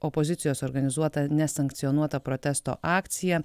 opozicijos organizuotą nesankcionuotą protesto akciją